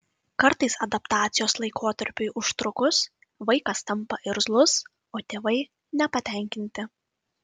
kartais adaptacijos laikotarpiui užtrukus vaikas tampa irzlus o tėvai nepatenkinti